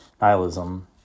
nihilism